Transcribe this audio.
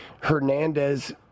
Hernandez